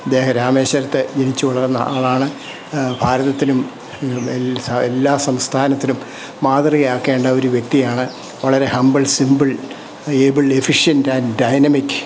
ഇദ്ദേഹം രാമേശ്വരത്ത് ജനിച്ചു വളർന്ന ആളാണ് ഭാരതത്തിനും ഈ എല്ലാ സംസ്ഥാനത്തിനും മാതൃകയാക്കേണ്ട ഒരു വ്യക്തിയാണ് വളരെ humble simple able efficient and dynamic